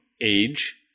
age